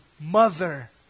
mother